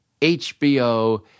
HBO